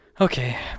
Okay